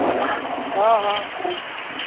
हाँ हाँ हाँ